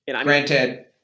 Granted